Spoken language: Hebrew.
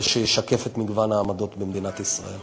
שישקף את מגוון העמדות במדינת ישראל.